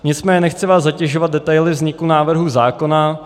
Nicméně nechci vás zatěžovat detaily vzniku návrhu zákona.